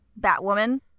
Batwoman